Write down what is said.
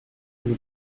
vous